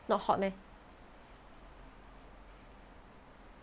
not hot meh